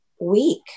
week